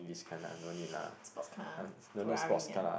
sports car Ferrari ah